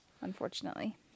Unfortunately